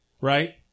right